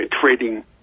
trading